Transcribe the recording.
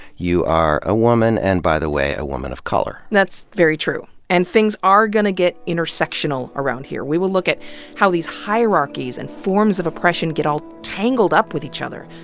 you are a woman, and, by the way, a woman of color. that's very true. and things are gonna get intersectional around here. we will look at how these hierarchies and forms of oppression get all tangled up with each other.